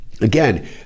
again